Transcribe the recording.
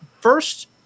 first